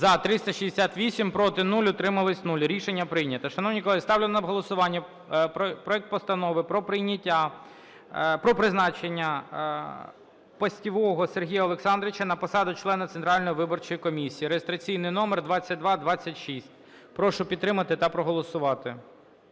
За-368 Проти – 0, утрималися – 0. Рішення прийнято. Шановні колеги, ставлю на голосування проект Постанови про прийняття… про призначення Постівого Сергія Олександровича на посаду члена Центральної виборчої комісії (реєстраційний номер 2226). Прошу підтримати та проголосувати.